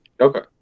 Okay